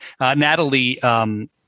Natalie